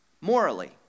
morally